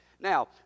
Now